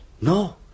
No